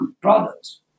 products